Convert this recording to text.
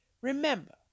Remember